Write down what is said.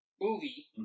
movie